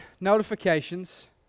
notifications